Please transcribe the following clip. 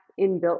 inbuilt